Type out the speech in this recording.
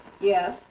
Yes